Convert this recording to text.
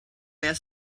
were